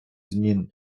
змін